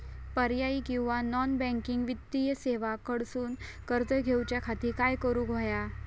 पर्यायी किंवा non banking वित्तीय सेवा कडसून कर्ज घेऊच्या खाती काय करुक होया?